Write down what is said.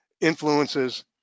influences